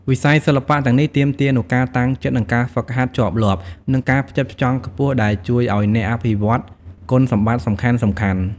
វិស័យសិល្បៈទាំងនេះទាមទារនូវការតាំងចិត្ត ការហ្វឹកហាត់ជាប់លាប់ និងការផ្ចិតផ្ចង់ខ្ពស់ ដែលជួយឱ្យអ្នកអភិវឌ្ឍគុណសម្បត្តិសំខាន់ៗ។